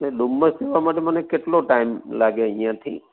સેજ ડુમ્મસ જવા માટે મને કેટલો ટાઈમ લાગે અહીંથી